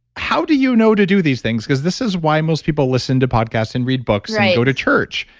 how do you know to do these things? because this is why most people listen to podcasts and read books and go to church,